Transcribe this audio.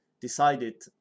decided